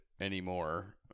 anymore